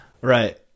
Right